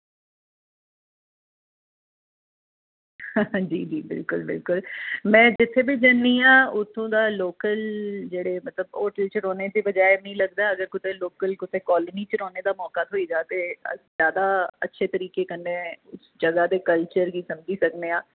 जी जी बिलकुल बिलकुल में जित्थे बि जन्नी आं उत्थों दा लोकल जेह्ड़े मतलब होटल च रोह्ने दे बजाए मि लगदा अगर कुतै लोकल कुतै कोलोनी च रोह्ने दा मौका थोई जा ते जैदा अच्छे तरीके कन्नै जगह दे कल्चर गी समझी सकने आं